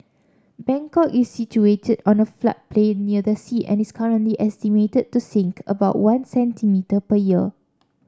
Bangkok is situated on a floodplain near the sea and is currently estimated to sink about one centimetre per year